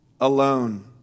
alone